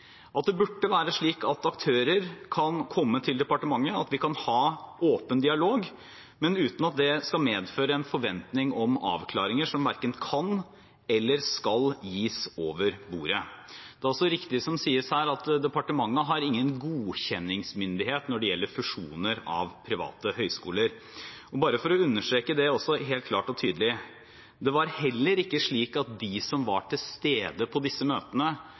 at det burde være slik at aktører kan komme til departementet, at vi kan ha en åpen dialog, men uten at det skal medføre en forventning om avklaringer som verken kan eller skal gis over bordet. Det er riktig som det sies her, at departementet har ingen godkjenningsmyndighet når det gjelder fusjoner av private høyskoler. Bare for å understreke det helt klart og tydelig: Det var heller ikke slik som det har blitt sagt, at de som var til stede på disse møtene,